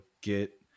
get